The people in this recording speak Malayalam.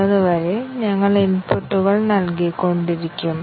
അതിനായി ഞാൻ എങ്ങനെ CFG വരയ്ക്കാം